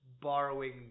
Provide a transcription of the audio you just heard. borrowing